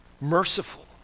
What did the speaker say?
merciful